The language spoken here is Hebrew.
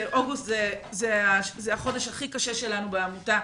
אוגוסט זה החודש הכי קשה שלנו בעמותה.